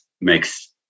makes